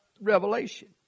Revelation